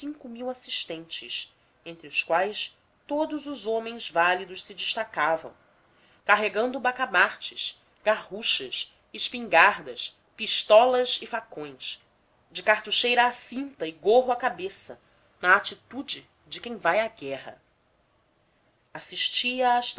mil assistentes entre os quais todos os homens válidos se destacavam carregando bacamartes garruchas espingardas pistolas e facões de cartucheira à cinta e gorro à cabeça na atitude de quem vai à guerra